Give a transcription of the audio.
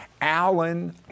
Allen